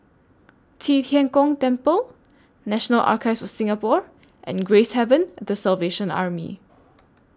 Qi Tian Gong Temple National Archives of Singapore and Gracehaven The Salvation Army